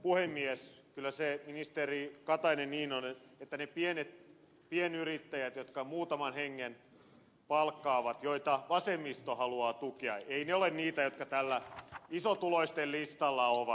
kyllä se ministeri katainen niin on että ne pienyrittäjät jotka muutaman hengen palkkaavat joita vasemmisto haluaa tukea eivät ole niitä jotka tällä isotuloisten listalla ovat